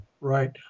Right